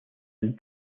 and